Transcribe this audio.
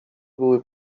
były